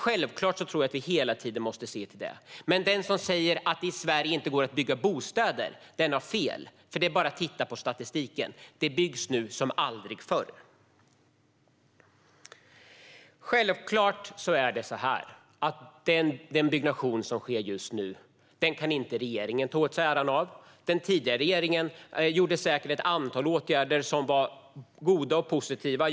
Jag tror att vi hela tiden måste se till detta, men den som säger att det inte går att bygga bostäder i Sverige har fel. Det är bara att titta på statistiken - det byggs nu som aldrig förr. Självklart är det så att regeringen inte kan ta åt sig äran för den byggnation som sker just nu. Den tidigare regeringen vidtog säkert ett antal åtgärder som var goda och positiva.